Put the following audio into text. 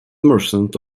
merchant